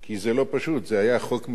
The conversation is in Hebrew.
זה היה חוק מסובך מאוד,